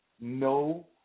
no